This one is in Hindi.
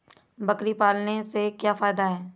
बकरी पालने से क्या फायदा है?